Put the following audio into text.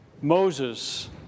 Moses